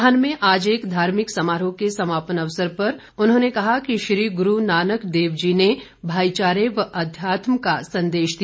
नाहन में आज एक धार्मिक समारोह के समापन अवसर पर उन्होंने कहा कि श्री गुरु नानक देव जी ने भाई चारे व अध्यात्म का संदेश दिया